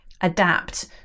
adapt